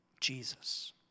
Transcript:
Jesus